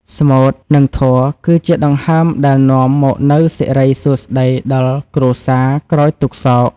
ស្មូត និងធម៌គឺជាដង្ហើមដែលនាំមកនូវសិរីសួស្ដីដល់គ្រួសារក្រោយទុក្ខសោក។